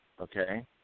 okay